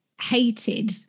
hated